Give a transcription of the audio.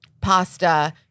pasta